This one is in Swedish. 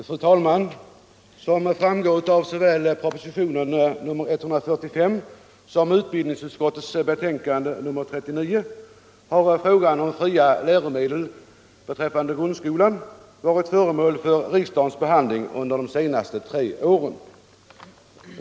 Fru talman! Som framgår av såväl propositionen 145 som utbildningsutskottets betänkande nr 39 har frågan om fria läromedel i grundskolan varit föremål för riksdagens behandling under de senaste tre åren.